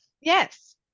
yes